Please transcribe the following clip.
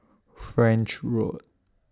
French Road